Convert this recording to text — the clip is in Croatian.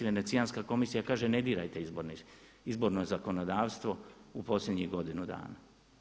Venecijanska komisija kaže ne dirajte izborno zakonodavstvo u posljednjih godinu dana.